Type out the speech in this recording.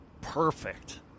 perfect